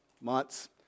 months